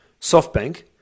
SoftBank